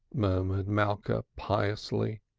murmured malka, piously,